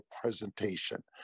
presentation